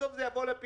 בסוף זה יבוא לפתחך.